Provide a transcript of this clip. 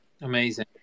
Amazing